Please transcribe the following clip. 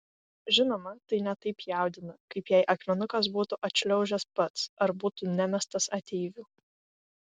žinoma tai ne taip jaudina kaip jei akmenukas būtų atšliaužęs pats ar būtų nemestas ateivių